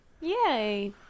yay